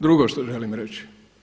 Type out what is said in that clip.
Drugo što želim reći.